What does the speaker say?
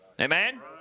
Amen